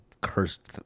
cursed